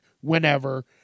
whenever